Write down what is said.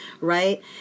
right